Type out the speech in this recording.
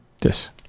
Yes